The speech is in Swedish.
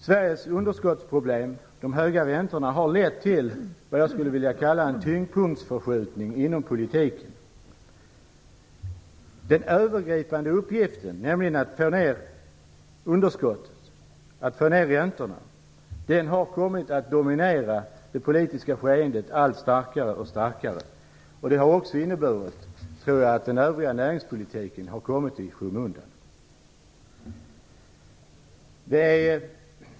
Sveriges underskottsproblem och de höga räntorna har lett till vad jag skulle vilja kalla en tyngdpunktsförskjutning inom politiken. Den övergripande uppgiften, nämligen att få ner underskottet och sänka räntorna, har kommit att dominera det politiska skeendet allt starkare. Jag tror att det också har inneburit att den övriga näringspolitiken har kommit i skymundan.